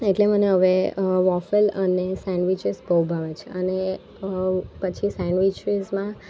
એટલે મને હવે વોફેલ અને સેન્ડવિચીસ બહુ ભાવે છે અને પછી સેન્ડવિચીસમાં